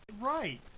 Right